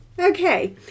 Okay